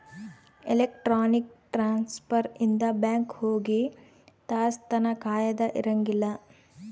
electronic transfer ಇಂದ bank ಹೋಗಿ ತಾಸ್ ತನ ಕಾಯದ ಇರಂಗಿಲ್ಲ